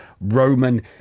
Roman